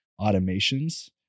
automations